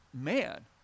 man